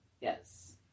Yes